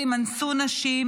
אנסו נשים,